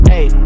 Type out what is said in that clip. Hey